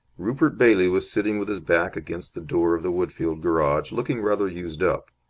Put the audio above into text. rupert bailey was sitting with his back against the door of the woodfield garage, looking rather used up.